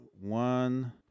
One